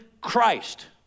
Christ